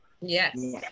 Yes